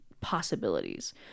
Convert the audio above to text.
possibilities